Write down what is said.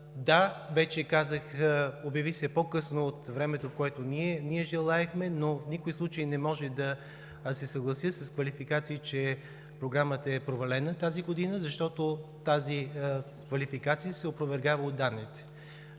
Да, вече казах, обяви се по-късно от времето, в което ние желаехме, но в никакъв случай не може да се съглася с квалификации, че Програмата е провалена тази година, защото тази квалификация се опровергава от данните